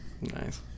Nice